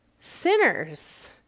sinners